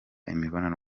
imibonano